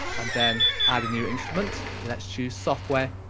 and then add a new instrument, let's choose software,